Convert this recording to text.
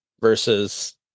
versus